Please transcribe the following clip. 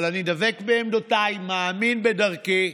אבל אני דבק בעמדותיי, מאמין בדרכי: